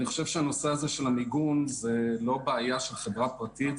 אני חושב שהנושא הזה של המיגון אינו בעיה של חברה פרטית,